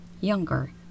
younger